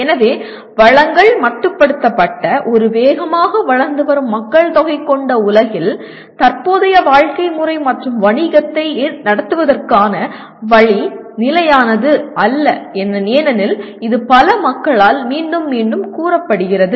எனவே வளங்கள் மட்டுப்படுத்தப்பட்ட ஒரு வேகமாக வளர்ந்து வரும் மக்கள்தொகை கொண்ட உலகில் தற்போதைய வாழ்க்கை முறை மற்றும் வணிகத்தை நடத்துவதற்கான வழி நிலையானது அல்ல ஏனெனில் இது பல மக்களால் மீண்டும் மீண்டும் கூறப்படுகிறது